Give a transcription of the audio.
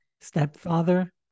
stepfather